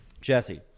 jesse